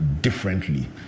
differently